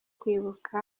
kwibuka